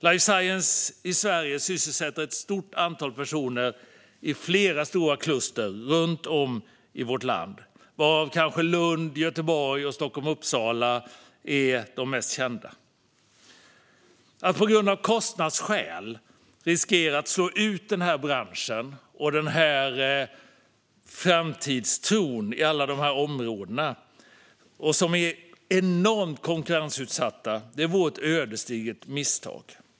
Life science sysselsätter ett stort antal personer i Sverige i flera stora kluster runt om i landet, varav kanske Lund, Göteborg och Stockholm-Uppsala är de mest kända. Att av kostnadsskäl riskera att slå ut denna bransch och framtidstron inom alla dessa områden där konkurrensen är enorm vore ett ödesdigert misstag.